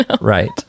right